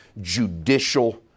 judicial